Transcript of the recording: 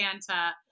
Santa